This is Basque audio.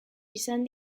izan